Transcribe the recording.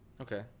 Okay